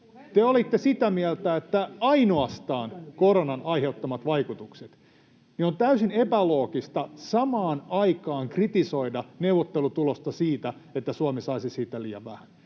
te olitte sitä mieltä, että ainoastaan koronan aiheuttamat vaikutukset — niin on täysin epäloogista samaan aikaan kritisoida neuvottelutulosta siitä, että Suomi saisi siitä liian vähän.